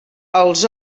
els